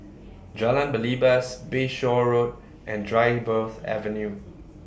Jalan Belibas Bayshore Road and Dryburgh's Avenue